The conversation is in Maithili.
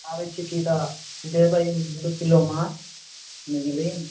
आबै छी कि तऽ दऽ देबै दू किलो माछ बुझलियै